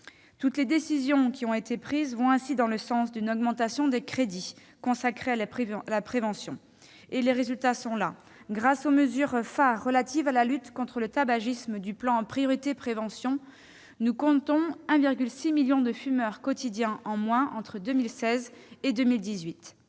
Toutes les décisions qui ont été prises vont ainsi dans le sens d'une augmentation des crédits consacrés à la prévention. Les résultats sont probants. Grâce aux mesures phares relatives à la lutte contre le tabagisme du plan Priorité prévention, nous comptons 1,6 million de fumeurs quotidiens en moins entre 2016 et 2018.